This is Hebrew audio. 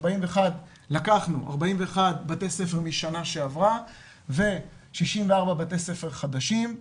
לקחנו 41 בתי ספר משנה שעברה ו-64 בתי ספר חדשים,